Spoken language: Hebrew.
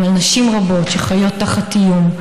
אבל נשים רבות שחיות תחת איום,